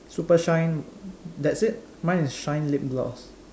super shine that's it mine is shine lip gloss